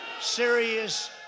serious